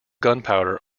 gunpowder